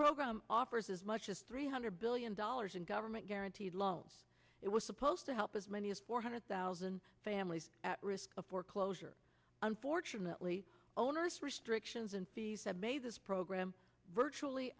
program offers as much as three hundred billion dollars in government guaranteed loans it was supposed to help as many as four hundred thousand families at risk of foreclosure unfortunately onerous restrictions and fees that made this program virtually